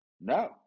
no